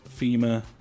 FEMA